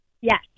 Yes